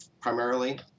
primarily